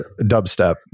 Dubstep